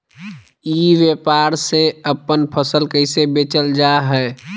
ई व्यापार से अपन फसल कैसे बेचल जा हाय?